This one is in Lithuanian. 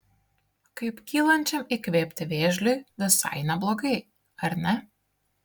kaip kylančiam įkvėpti vėžliui visai neblogai ar ne